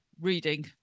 reading